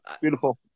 Beautiful